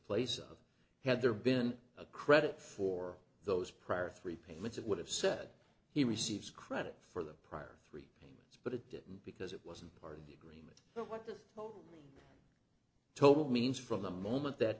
place of had there been a credit for those prior three payments it would have said he receives credit for the prior three payments but it didn't because it wasn't pretty much what the total total means from the moment that